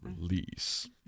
release